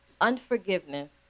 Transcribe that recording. unforgiveness